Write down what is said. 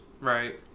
right